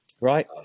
right